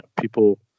people